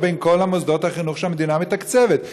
בין כל מוסדות החינוך שהמדינה מתקצבת.